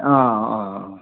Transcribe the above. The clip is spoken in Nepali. अँ अँ अँ